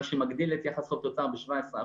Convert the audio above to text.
מה שמגדיל את יחס חוב-תוצר ב-17%,